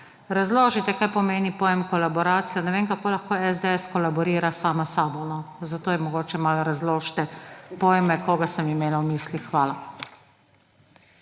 razložite, kaj pomeni pojem kolaboracija. Ne vem, kako lahko SDS kolaborira sama s sabo?! Zato ji mogoče malo razložite pojme, koga sem imela v mislih. Hvala.